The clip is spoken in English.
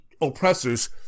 oppressors